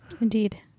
Indeed